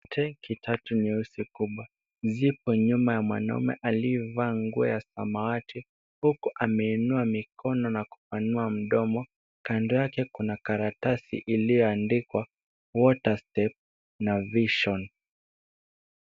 Tenki tatu nyeusi kubwa zipo nyuma ya mwanaume aliyevaa shati ya samawati huku ameinua mkono na kupanua mdomo,. Kando yake kuna karatasi iliyoandikwa WaterStep na Vision .